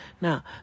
Now